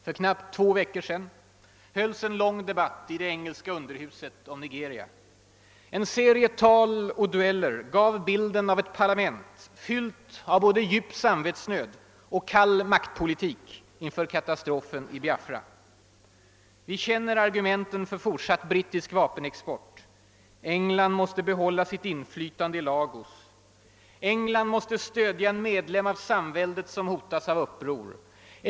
För knappt två veckor sedan hölls en lång debatt i det engelska underhuset om Nigeria. En serie tal och dueller gav bilden av ett parlament, fyllt av både djup samvetsnöd och kall maktpolitik inför katastrofen i Biafra. Vi känner argumenten för fortsatt brittisk vapenexport. England måste behålla sitt inflytande i Lagos. England måste stödja en medlem av samväldet som hotas av uppror.